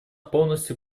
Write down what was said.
полностью